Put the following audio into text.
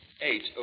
Eight